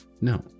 No